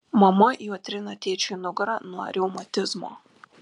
mama juo trina tėčiui nugarą nuo reumatizmo